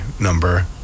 number